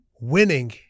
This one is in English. Winning